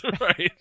Right